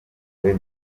muri